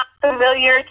familiar